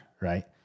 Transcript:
right